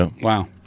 Wow